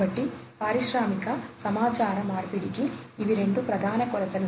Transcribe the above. కాబట్టి పారిశ్రామిక సమాచార మార్పిడికి ఇవి రెండు ప్రధాన కొలతలు